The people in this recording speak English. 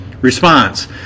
Response